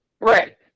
right